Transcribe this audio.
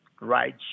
right